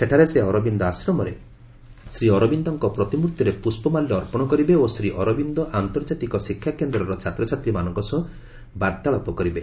ସେଠାରେ ସେ ଅରବିନ୍ଦ ଆଶ୍ରମରେ ଶ୍ରୀ ଅରବିନ୍ଦଙ୍କ ପ୍ରତିମୂର୍ତ୍ତିରେ ପୁଷ୍ପମାଲ୍ୟ ଅର୍ପଣ କରିବେ ଓ ଶ୍ରୀ ଅରବିନ୍ଦ ଆନ୍ତର୍ଜାତିକ ଶିକ୍ଷାକେନ୍ଦ୍ରର ଛାତ୍ରଛାତ୍ରୀମାନଙ୍କ ସହ ବାର୍ତ୍ତାଳାପ କରିବେ